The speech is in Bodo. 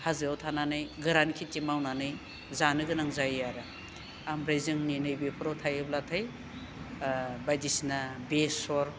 हाजोआव थानानै गोरान खेथि मावनानै जानो गोनां जायो आरो आमफ्राय जोंनि नैबेफोराव थायोब्लाथाय ओ बायदिसिना बेसर